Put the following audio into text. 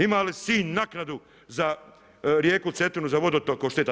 Ima li Sinj naknadu za rijeku Cetinu, za vodotok